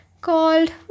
called